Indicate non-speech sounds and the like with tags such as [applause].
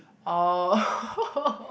oh [laughs]